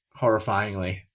horrifyingly